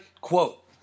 quote